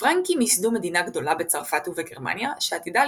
הפרנקים יסדו מדינה גדולה בצרפת ובגרמניה שעתידה